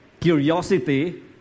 curiosity